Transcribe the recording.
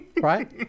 Right